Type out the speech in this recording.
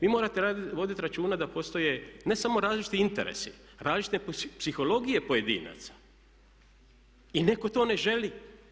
Vi morate vodit računa da postoje ne samo različiti interesi, različite psihologije pojedinaca i netko to ne želi.